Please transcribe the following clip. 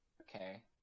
Okay